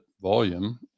volume